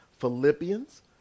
Philippians